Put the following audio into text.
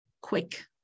quick